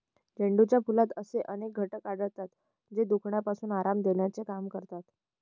झेंडूच्या फुलात असे अनेक घटक आढळतात, जे दुखण्यापासून आराम देण्याचे काम करतात